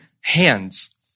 hands